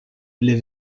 les